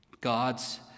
God's